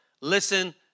Listen